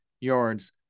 yards